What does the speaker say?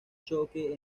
choque